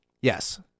Yes